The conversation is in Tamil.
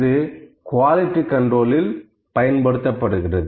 இது குவாலிட்டி கண்ட்ரோலில் பயன்படுத்தப்படுகிறது